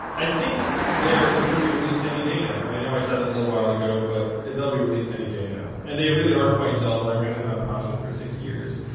i think they're going to be released any day now. and i know i said that a little while ago, but they'll be released any day now. and they really are quite dull. i ran a nonprofit for six years.